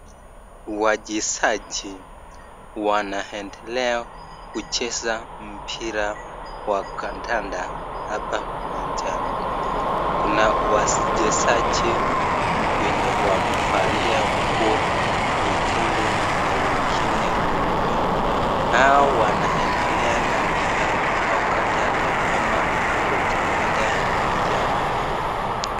Wachezaji wanaendelea kucheza mpira wa kandanda hapa uwanjani. Kuna wachezaji wenye wamevalia nguo nyekundu na wengine weupe. Hao wanaendelea na mpira wa kandanda ama ukipenda ya mguu.